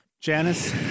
Janice